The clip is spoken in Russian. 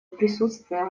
присутствие